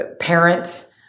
parent